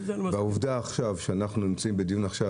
והעובדה עכשיו שאנחנו נמצאים בדיון עכשיו,